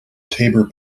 tabor